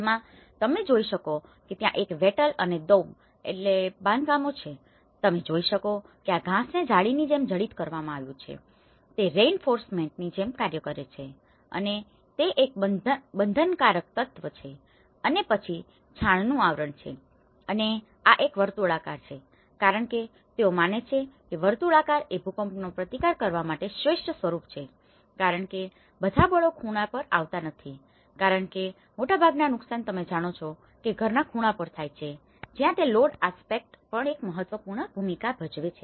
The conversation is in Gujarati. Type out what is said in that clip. જેમાં તમે જોઈ શકો છો કે ત્યાં એક વેટલ અને દૌબ બાંધકામો છે તમે જોઈ શકો છો કે આ ઘાસને જાળીની જેમ જડિત કરવામાં આવ્યું છે તે રેઇનફોર્સમેન્ટની જેમ કાર્ય કરે છે અને તે એક બંધનકારક તત્વ છે અને પછી છાણનું આવરણ છે અને આ એક વર્તુળાકાર છે કારણ કે તેઓ માને છે કે વર્તુળાકાર એ ભૂકંપનો પ્રતિકાર કરવા માટે શ્રેષ્ઠ સ્વરૂપ છે કારણ કે બધા બળો ખૂણા પર આવતા નથી કારણ કે મોટાભાગના નુકસાન તમે જાણો છો કે ઘરના ખૂણા પર થાય છે જ્યાં તે લોડ આસ્પેક્ટ પણ એક મહત્વપૂર્ણ ભૂમિકા ભજવે છે